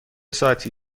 ساعتی